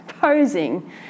posing